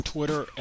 Twitter